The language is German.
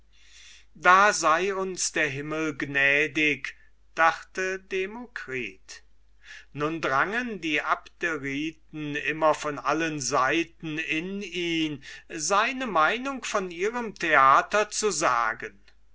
da sei uns der himmel gnädig dachte demokritus nun drangen die abderiten immer von allen seiten in ihn seine meinung von ihrem theater zu sagen